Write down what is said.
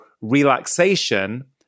relaxation